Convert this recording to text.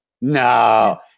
no